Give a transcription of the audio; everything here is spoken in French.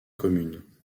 communes